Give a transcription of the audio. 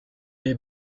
est